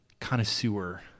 connoisseur